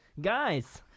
Guys